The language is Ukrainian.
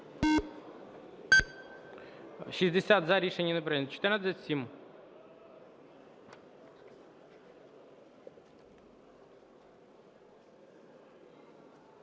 60- за. Рішення не прийнято.